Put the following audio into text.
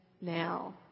now